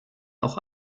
auch